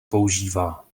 používá